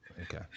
okay